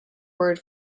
word